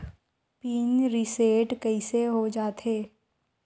Pin reset कइसे हो जाथे?